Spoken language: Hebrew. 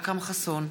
אכרם חסון,